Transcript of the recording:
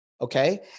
okay